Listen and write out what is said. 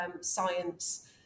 science